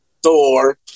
Thor